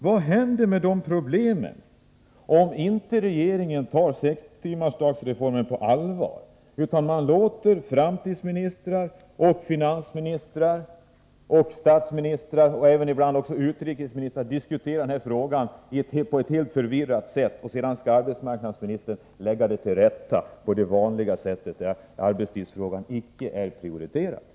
Vad händer om regeringen inte tar tanken på sextimmarsdagen på allvar? I stället låter man framtidsministern, finansministern, statsministern och ibland också utrikesministern diskutera den här frågan under total förvirring. Sedan skall arbetsmarknadsministern lägga allt till rätta på det vanliga sättet, utan att prioritera arbetstidsfrågan.